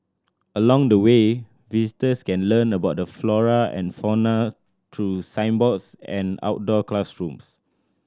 along the way visitors can learn about the flora and fauna through signboards and outdoor classrooms